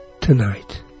Tonight